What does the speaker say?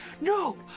No